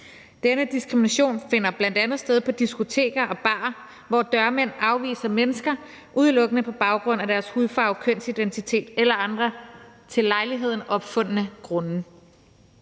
Denne diskrimination finder bl.a. sted på diskoteker og barer, hvor dørmænd afviser mennesker udelukkende på baggrund af deres hudfarve, kønsidentitet eller andre til lejligheden opfundne grunde.